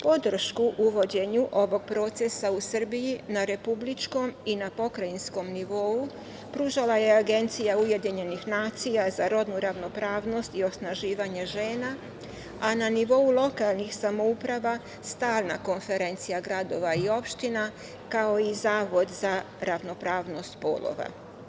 Podršku uvođenju ovog procesa u Srbiji na republičkom i na pokrajinskom nivou pružala je Agencija UN za rodnu ravnopravnost i osnaživanje žena, a na nivou lokalnih samouprava Stalna konferencija gradova i opština, kao i Zavod za ravnopravnost polova.